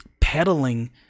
peddling